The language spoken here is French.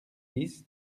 dix